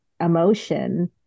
emotion